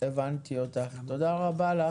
תודה רבה.